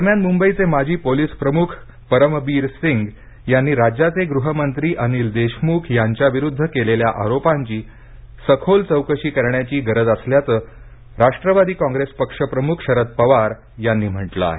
दरम्यान मुंबईचे माजी पोलिस प्रमुख परम बीर सिंग यांनी राज्याचे गृहमंत्री अनिल देशमुख यांच्याविरूद्ध केलेल्या आरोपांची सखोल चौकशी करण्याची गरज असल्याचं राष्ट्रवादी काँग्रेस पक्ष प्रमुख शरद पवार यांनी म्हटलं आहे